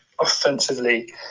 offensively